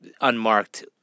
unmarked